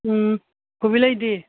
ꯎꯝ ꯀꯣꯕꯤꯂꯩꯗꯤ